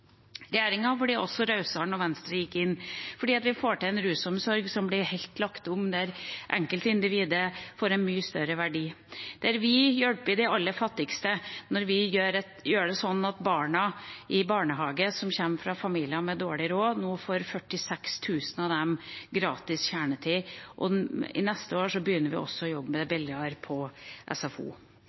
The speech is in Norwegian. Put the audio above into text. Regjeringa ble også rausere da Venstre gikk inn, fordi vi får til en rusomsorg som blir helt lagt om, der enkeltindividet får en mye større verdi, og der vi hjelper de aller fattigste når barna i barnehage som kommer fra familier med dårlig råd, nå får – 46 000 av dem – gratis kjernetid. Neste år begynner vi også å jobbe med å få det billigere på SFO.